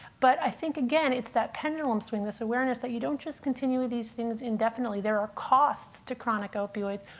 but i think, again, it's that pendulum swing, this awareness that you don't just continue these things indefinitely. there are costs to chronic opioids.